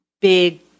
big